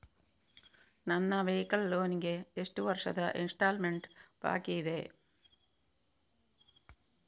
ನನ್ನ vehicle loan ಗೆ ಎಷ್ಟು ವರ್ಷದ ಇನ್ಸ್ಟಾಲ್ಮೆಂಟ್ ಬಾಕಿ ಇದೆ?